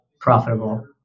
profitable